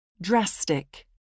Drastic